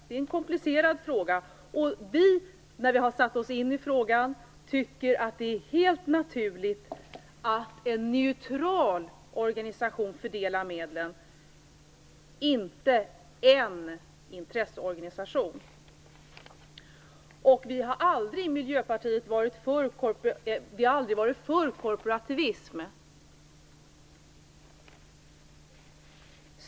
Det är en komplicerad fråga, och när vi har satt oss in i frågan tycker vi att det är helt naturligt att en neutral organisation fördelar medlen och inte en intresseorganisation. I Miljöpartiet har vi aldrig varit för korporativism.